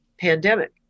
pandemic